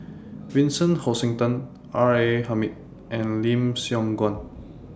Vincent Hoisington R A Hamid and Lim Siong Guan